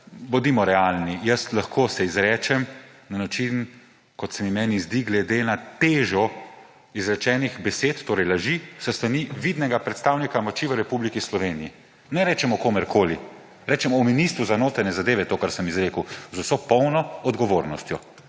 bodimo realni. Jaz se lahko izrečem na način, kot se meni zdi, glede na težo izrečenih besedo, torej laži, s strani vidnega predstavnika moči v Republiki Sloveniji. Ne rečem o komerkoli, rečem o ministru za notranje zadeve to, kar sem izrekel, z vso polno odgovornostjo.